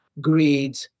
greed